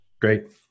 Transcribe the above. great